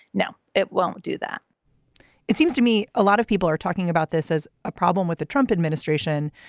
no, it won't do that it seems to me a lot of people are talking about this as a problem with the trump administration.